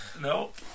Nope